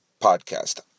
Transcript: podcast